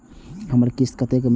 हमर किस्त कतैक बनले?